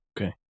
Okay